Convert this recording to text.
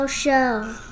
show